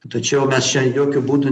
tačiau mes čia jokiu būdu